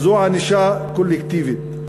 זו ענישה קולקטיבית.